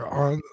on